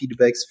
feedbacks